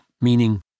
meaning